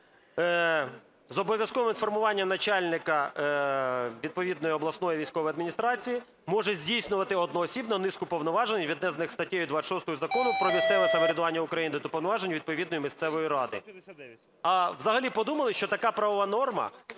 з обов'язковим інформуванням начальника відповідної обласної військової адміністрації, може здійснювати одноосібно низку повноважень, віднесених статтею 26 Закону "Про місцеве самоврядування в Україні" до повноважень відповідно місцевої ради. А взагалі подумали, що така правова норма